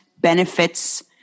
benefits